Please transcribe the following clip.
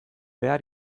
behar